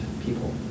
people